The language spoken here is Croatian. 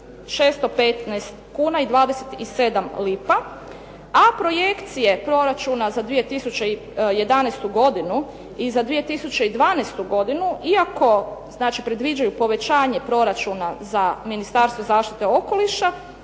615 kuna i 27 lipa, a projekcije proračuna za 2011. godinu i za 2012. godinu, iako znači predviđaju povećanje proračuna za Ministarstvo zaštite okoliša,